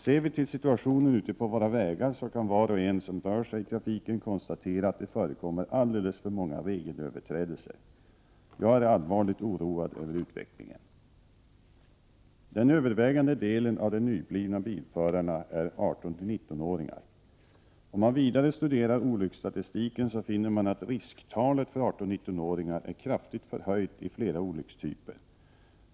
Ser vi till situationen ute på våra vägar, kan var och en som rör sig i trafiken konstatera att det förekommer alldeles för många regelöverträdelser. Jag är allvarligt oroad över utvecklingen. Den övervägande delen av de nyblivna bilförarna är 18-19-åringar. Om man vidare studerar olycksstatistiken så finner man att risktalet för 18-19 åringar är kraftigt förhöjt i flera olyckstyper.